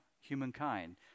humankind